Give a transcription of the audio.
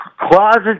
closet